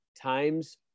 times